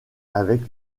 avec